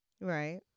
right